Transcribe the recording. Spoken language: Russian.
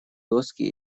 доски